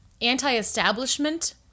anti-establishment